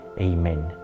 Amen